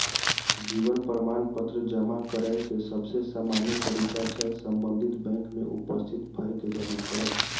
जीवन प्रमाण पत्र जमा करै के सबसे सामान्य तरीका छै संबंधित बैंक में उपस्थित भए के जमा करब